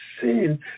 sin